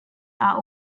are